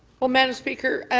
um madame speaker,